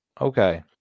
Okay